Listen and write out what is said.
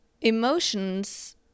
emotions